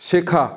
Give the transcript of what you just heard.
শেখা